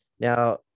Now